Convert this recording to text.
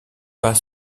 pas